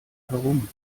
herum